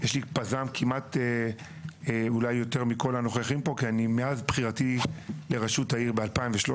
יש לי פז"ם אולי יותר מכל הנוכחים פה כי מאז בחירתי לראשות העיר ב-2013,